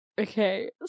okay